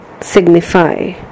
signify